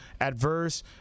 adverse